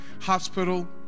Hospital